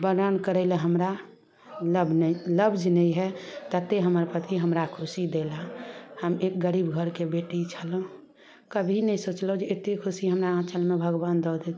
वर्णन करय लए हमरा लब नहि लब्ज नहि हइ तते हमर पति हमरा खुशी देला हम एक गरीब घरके बेटी छलहुँ कभी नहि सोचलहुँ जे एते खुशी हमरा आँचलमे भगवान दऽ देत